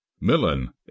Millen